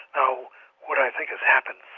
now what i think has happened